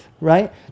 right